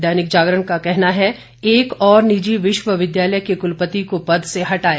दैनिक जागरण का कहना है एक और निजी विश्वविद्यालय के कुलपति को पद से हटाया